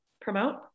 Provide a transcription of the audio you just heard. promote